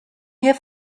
here